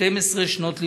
12 שנות לימוד.